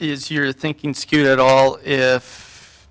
is you're thinking skewed at all if